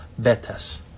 Betas